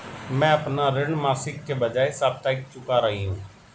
मैं अपना ऋण मासिक के बजाय साप्ताहिक चुका रही हूँ